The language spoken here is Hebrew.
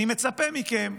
אני מצפה מכם,